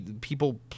people